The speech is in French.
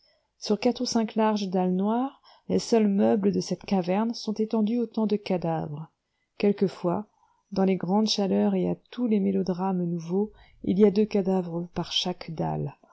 sur quatre ou cinq larges dalles noires les seuls meubles de cette caverne sont étendus autant de cadavres quelquefois dans les grandes chaleurs et à tous les mélodrames nouveaux il y a deux cadavres par chaque dalle